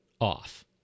off